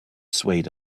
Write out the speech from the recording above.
swayed